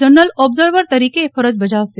general observer તરીકે ફરજ બજાવશે